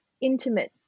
intimate